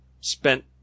spent